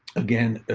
again,